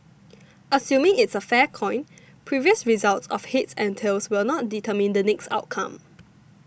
assuming it's a fair coin previous results of heads and tails will not determine the next outcome